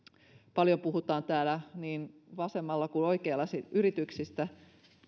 paljon puhutaan täällä niin vasemmalla kuin oikealla yrityksistä